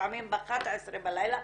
ולפעמים ב-11 בלילה,